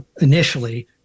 initially